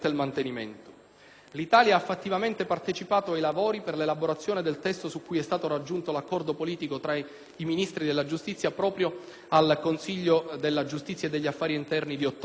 L'Italia ha fattivamente partecipato ai lavori per l'elaborazione del testo su cui è stato raggiunto l'accordo politico tra i Ministri della giustizia proprio al Consiglio della giustizia e degli affari interni dell'ottobre scorso.